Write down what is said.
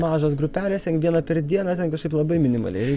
mažos grupelės ten vieną per dieną ten kažkaip labai minimaliai